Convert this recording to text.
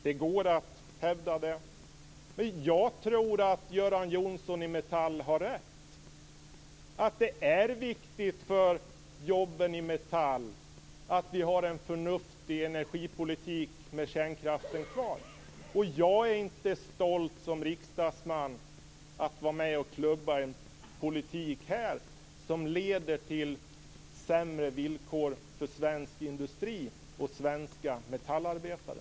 Det går att hävda det. Men jag tror att Göran Johnsson i Metall har rätt, att det är viktigt för jobben inom Metall att vi har en förnuftig energipolitik med kärnkraften kvar. Jag är inte stolt som riksdagsman att vara med att klubba igenom en politik som leder till sämre villkor för svensk industri och för svenska metallarbetare.